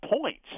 points